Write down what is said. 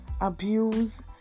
abuse